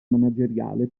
manageriale